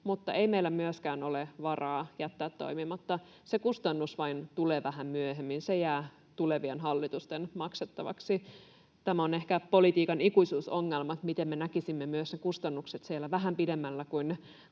mutta ei meillä myöskään ole varaa jättää toimimatta. Se kustannus vain tulee vähän myöhemmin, se jää tulevien hallitusten maksettavaksi. Tämä on ehkä politiikan ikuisuusongelma, miten me näkisimme myös ne kustannukset vähän pidemmällä kuin